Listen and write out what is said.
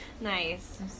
Nice